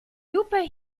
lupe